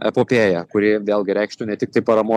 epopėja kuri vėlgi reikštų ne tiktai paramos